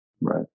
Right